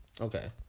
Okay